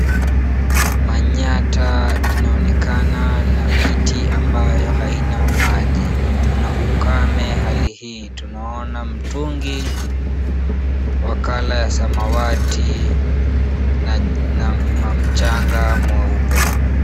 [cs[Manyatta inaonekana na miti ambayo haina maji. Kuna ukame hali hii, tunaona mtungi wa color ya samawati na mchanga mweupe.